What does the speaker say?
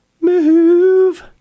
move